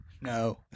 no